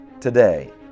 today